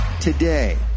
today